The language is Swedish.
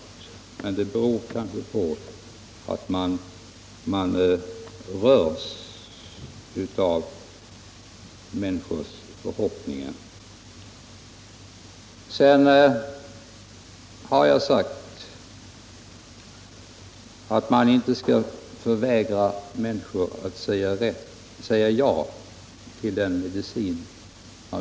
I så fall kanske det beror på att jag har rörts av dessa människors förhoppningar. Vidare har jag sagt att man inte skall förvägra människor den medicin de vill ha.